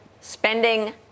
spending